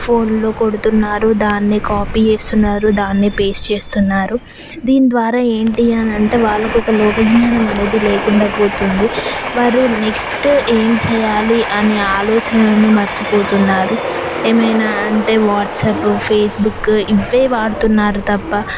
ఫోన్లో కొడుతున్నారు దాన్ని కాపీ చేస్తున్నారు దాన్ని పేస్ట్ చేస్తున్నారు దీని ద్వారా ఏంటి అనంటే వాళ్ళకు ఒక లోక జ్ఞానం అనేది లేకుండా పోతుంది వారు నెక్స్ట్ ఏం చేయాలి అనే ఆలోచనను మర్చిపోతున్నారు ఏమైనా అంటే వాట్సాప్ ఫేస్బుక్ ఇవే వాడుతున్నారు తప్ప